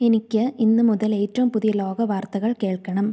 എനിക്ക് ഇന്ന് മുതൽ ഏറ്റവും പുതിയ ലോകവാർത്തകൾ കേൾക്കണം